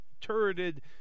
turreted